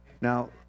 Now